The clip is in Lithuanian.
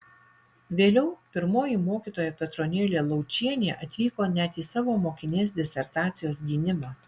vėliau pirmoji mokytoja petronėlė laučienė atvyko net į savo mokinės disertacijos gynimą